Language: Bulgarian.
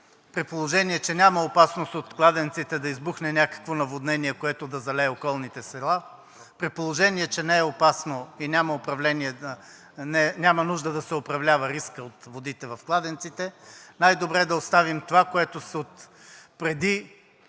при положение че няма опасност от кладенците да избухне някакво наводнение, което да залее околните села, при положение че не е опасно и няма управление, няма нужда да се управлява рискът от водите в кладенците. Най-добре е да оставим това, което е отпреди